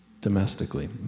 domestically